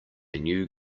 new